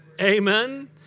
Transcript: amen